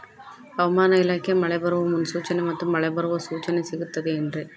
ಹವಮಾನ ಇಲಾಖೆ ಮಳೆ ಬರುವ ಮುನ್ಸೂಚನೆ ಮತ್ತು ಮಳೆ ಬರುವ ಸೂಚನೆ ಸಿಗುತ್ತದೆ ಏನ್ರಿ?